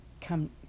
come